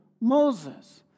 Moses